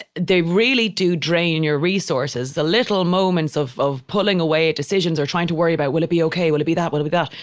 they really do drain your resources. the little moments of of pulling away at decisions or trying to worry about will it be okay? will it be that? will it be that?